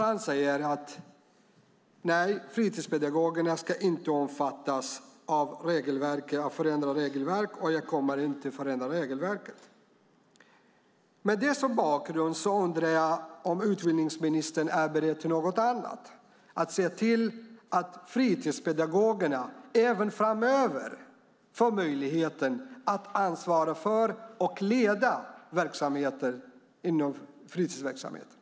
Han säger: Nej, fritidspedagogerna ska inte omfattas av förändrade regelverk, och jag kommer inte att förändra regelverket. Med det som bakgrund undrar jag om utbildningsministern är beredd att göra något annat, nämligen se till att fritidspedagogerna även framöver får möjligheten att ansvara för och leda fritidsverksamheten.